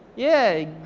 yeah,